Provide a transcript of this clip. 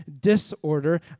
disorder